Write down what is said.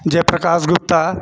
Jayaprakash Gupta